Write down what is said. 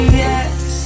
yes